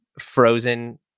frozen